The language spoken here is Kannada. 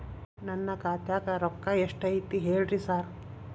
ನನ್ ಖಾತ್ಯಾಗ ರೊಕ್ಕಾ ಎಷ್ಟ್ ಐತಿ ಹೇಳ್ರಿ ಸಾರ್?